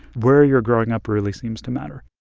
where you're growing up really seems to matter